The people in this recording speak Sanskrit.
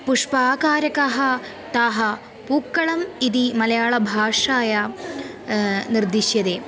पुष्पाकारकः ताः पूक्कळम् इति मलयाळ भाषायां निर्दिश्यते